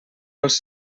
els